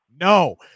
no